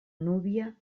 núvia